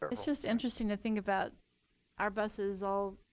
it's just interesting to think about our buses all